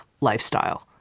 lifestyle